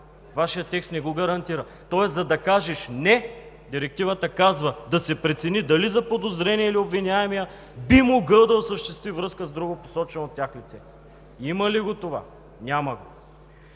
Вашият текст не го гарантира. За да кажеш „Не“, Директивата казва: да се прецени дали заподозреният или обвиняемият би могъл да осъществи връзка с друго, посочено от тях, лице. Има ли го това? Няма го.